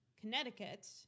Connecticut